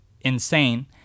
insane